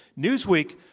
newsweek,